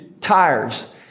tires